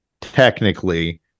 technically